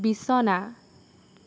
বিছনা